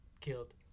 killed